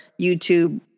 YouTube